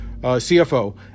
CFO